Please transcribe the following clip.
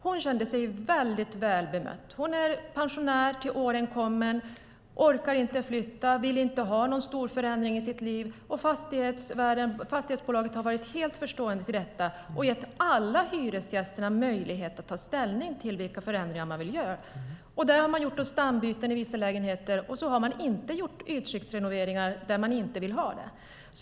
Hon kände sig väldigt väl bemött. Hon är pensionär, till åren kommen och orkar inte flytta. Hon vill inte ha någon stor förändring i sitt liv, och fastighetsbolaget har varit fullt förstående för detta och gett alla hyresgästerna möjlighet att ta ställning till vilka förändringar man vill göra. Då har man gjort stambyten i vissa lägenheter, men man har inte gjort ytskiktsrenoveringar där man inte vill ha det.